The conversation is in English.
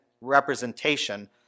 representation